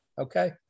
Okay